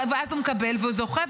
ואז הוא מקבל והוא זוכה.